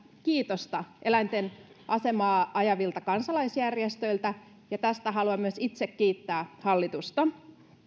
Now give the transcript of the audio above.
kiitosta eläinten asemaa ajavilta kansalaisjärjestöiltä ja tästä haluan myös itse kiittää hallitusta